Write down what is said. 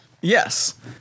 Yes